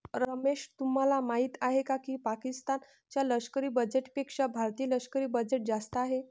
रमेश तुम्हाला माहिती आहे की पाकिस्तान च्या लष्करी बजेटपेक्षा भारतीय लष्करी बजेट जास्त आहे